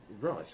Right